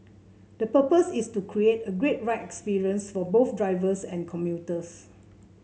the purpose is to create a great ride experience for both drivers and commuters